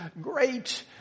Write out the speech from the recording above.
great